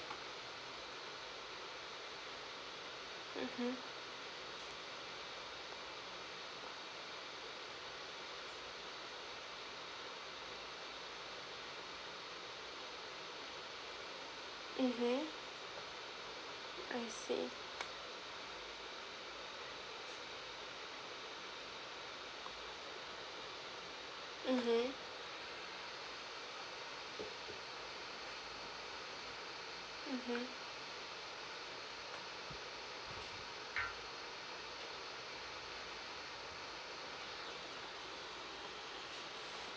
mmhmm mmhmm I see mmhmm mmhmm